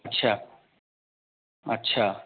अच्छा अच्छा